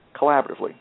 collaboratively